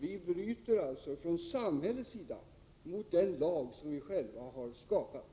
Vi bryter från samhällets sida mot den lag vi själva har skapat.